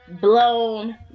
blown